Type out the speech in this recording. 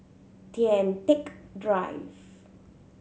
Kian Teck Drive